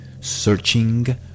Searching